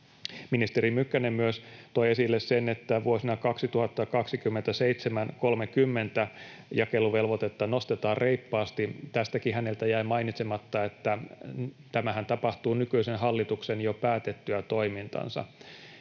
Ministeri Mykkänen myös toi esille sen, että vuosina 2027—2030 jakeluvelvoitetta nostetaan reippaasti. Tästäkin häneltä jäi mainitsematta, että tämähän tapahtuu nykyisen hallituksen jo päätettyä toimintansa.